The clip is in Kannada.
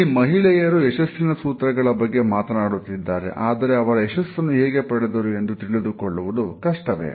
ಇಲ್ಲಿ ಮಹಿಳೆಯರು ಯಶಸ್ಸಿನ ಸೂತ್ರಗಳ ಬಗ್ಗೆ ಮಾತನಾಡುತ್ತಿದ್ದಾರೆ ಆದರೆ ಅವರು ಯಶಸ್ಸನ್ನು ಹೇಗೆ ಪಡೆದರು ಎಂದು ತಿಳಿದುಕೊಳ್ಳುವುದು ಕಷ್ಟವೇ